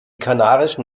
kanarischen